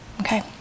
okay